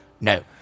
No